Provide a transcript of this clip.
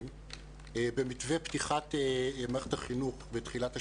במתווה פתיחת מערכת החינוך בתחילת השנה,